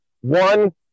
One